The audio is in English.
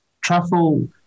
Truffle